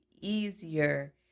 easier